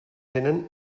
tenen